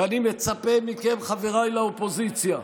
ואני מצפה מכם, חבריי לאופוזיציה: